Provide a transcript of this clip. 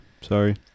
sorry